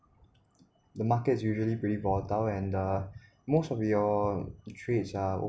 the market's usually pretty volatile and uh most of your trades are